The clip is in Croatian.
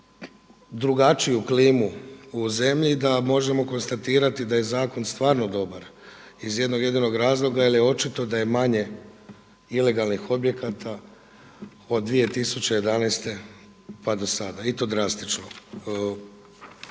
drugačiju klimu u zemlji da možemo konstatirati da je zakon stvarno dobar iz jednog jedinog razloga, jer je očito da je manje ilegalnih objekata od 2011. pa do sada i to drastično.